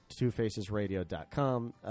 twofacesradio.com